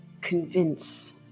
convince